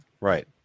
right